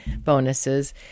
bonuses